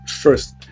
first